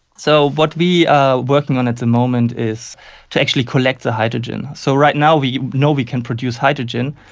so what we are working on at the moment is to actually collect the hydrogen. so right now we know we can produce hydrogen,